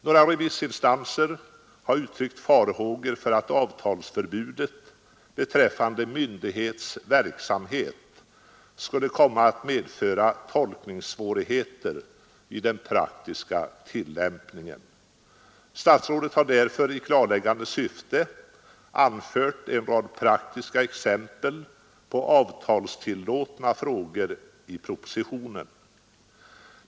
Några remissinstanser har uttryckt farhågor för att avtalsförbudet beträffande ”myndighets verksamhet” skulle komma att medföra tolkningssvårigheter vid den praktiska tillämpningen. Statsrådet har därför i klarläggande syfte i propositionen anfört en rad praktiska exempel på avtalstillåtna frågor.